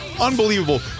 unbelievable